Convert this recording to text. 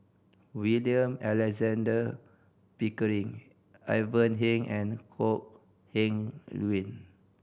William Alexander Pickering Ivan Heng and Kok Heng Leun